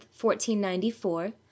1494